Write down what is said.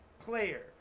player